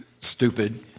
stupid